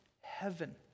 heaven